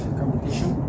competition